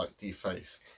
defaced